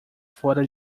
fora